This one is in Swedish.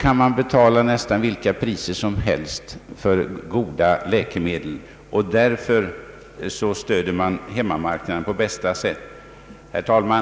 kan man betala nästan vilka priser som helst för goda läkemedel, och därför stöder man hemmamarknaden på bästa sätt. Herr talman!